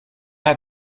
hat